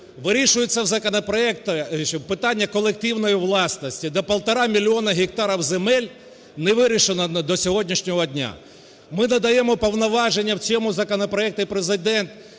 Вирішується в законопроекті питання колективної власності. До півтора мільйона гектарів земель не вирішено до сьогоднішнього дня. Ми додаємо повноваження в цьому законопроекті, Президент,